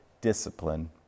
discipline